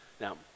Now